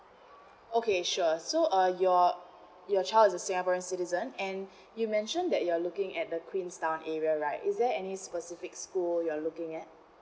okay sure so uh your your child is a singaporean citizen and you mentioned that you're looking at the queenstown area right is there any specific school you're looking at